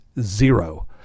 zero